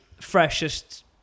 freshest